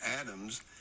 Adams